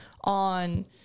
on